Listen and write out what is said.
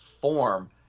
form